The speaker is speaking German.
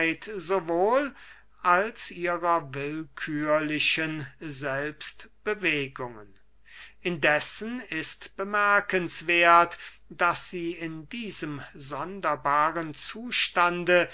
sowohl als ihrer willkührlichen selbstbewegungen indessen ist bemerkenswerth daß sie in diesem sonderbaren zustande